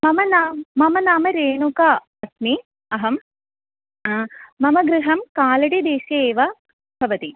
मम नाम् मम नाम रेणुका अस्मि अहं मम गृहं कालडिदेशे एव भवति